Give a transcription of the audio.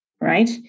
right